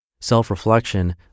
Self-reflection